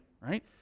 right